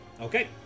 Okay